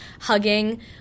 hugging